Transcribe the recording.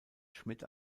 schmitt